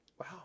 Wow